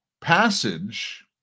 passage